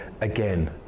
again